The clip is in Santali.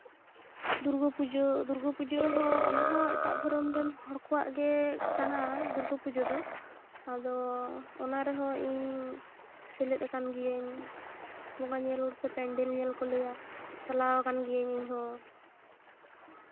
ᱫᱩᱨᱜᱟᱹ ᱯᱩᱡᱟᱹ ᱫᱩᱨᱜᱟᱹᱯᱩᱡᱟᱹ ᱨᱮᱦᱚᱸ ᱚᱱᱟ ᱦᱚᱸ ᱮᱴᱟᱜ ᱫᱷᱚᱨᱚᱢ ᱨᱮᱱ ᱦᱚᱲ ᱠᱚᱣᱟᱜ ᱜᱮ ᱠᱟᱱᱟ ᱫᱩᱨᱜᱟᱹ ᱯᱩᱡᱟᱹ ᱫᱚ ᱟᱫᱚ ᱚᱱᱟ ᱨᱮᱦᱚᱸ ᱤᱧ ᱥᱮᱞᱮᱫ ᱟᱠᱟᱱ ᱜᱤᱭᱟᱹᱧ ᱵᱚᱸᱜᱟ ᱧᱮᱞ ᱥᱮ ᱯᱮᱱᱰᱮᱞ ᱧᱮᱞ ᱠᱚ ᱞᱟᱹᱭᱟ ᱪᱟᱞᱟᱣ ᱠᱟᱱ ᱜᱤᱭᱟᱹᱧ ᱤᱧ ᱦᱚᱸ